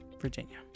Virginia